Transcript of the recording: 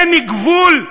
אין גבול?